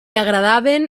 agradaven